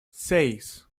seis